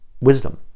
wisdom